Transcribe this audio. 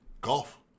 Golf